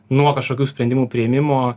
nuo kažkokių sprendimų priėmimo